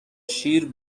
شیر